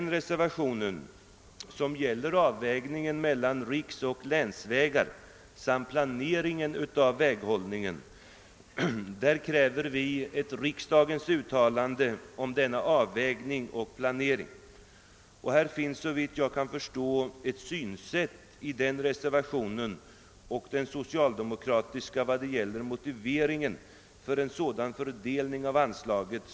I reservationen 5, som gäller avvägningen mellan riksoch länsvägar samt planeringen av väghållningen, kräver vi nämligen ett riksdagsuttalande på dessa punkter. Synsättet i denna reservation och i den socialdemokratiska är såvitt jag förstår ganska likartat i vad gäller motiveringen för fördelningen av anslaget.